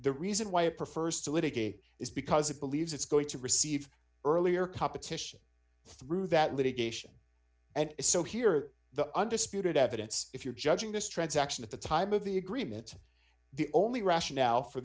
litigate is because it believes it's going to receive earlier competition through that litigation and so here are the undisputed evidence if you're judging this transaction at the time of the agreement the only rationale for